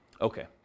Okay